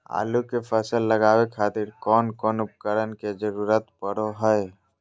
आलू के फसल लगावे खातिर कौन कौन उपकरण के जरूरत पढ़ो हाय?